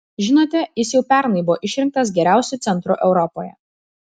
žinote jis jau pernai buvo išrinktas geriausiu centru europoje